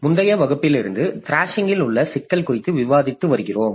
முந்தைய வகுப்பிலிருந்து த்ராஷிங் இல் உள்ள சிக்கல் குறித்து விவாதித்து வருகிறோம்